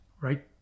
right